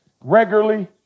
regularly